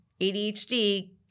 ADHD